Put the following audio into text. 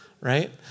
right